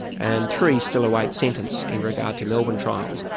and three still await sentence in regard to melbourne trials.